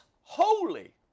holy